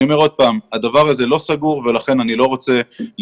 אני אומר שוב שהדבר הזה לא סגור ולכן אני לא רוצה להתחייב